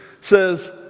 says